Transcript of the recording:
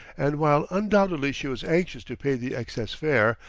and while undoubtedly she was anxious to pay the excess fare,